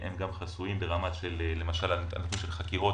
הם חסויים, כמו הנושא של חקירות.